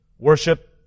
worship